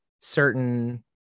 certain